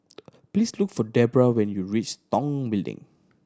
please look for Debrah when you reach Tong Building